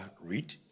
read